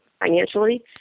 financially